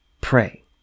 pray